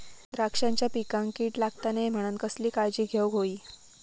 द्राक्षांच्या पिकांक कीड लागता नये म्हणान कसली काळजी घेऊक होई?